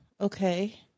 Okay